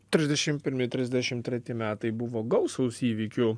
trisdešim pirmi trisdešim treti metai buvo gausūs įvykių